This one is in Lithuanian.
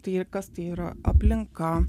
tai kas tai yra aplinka